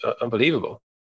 unbelievable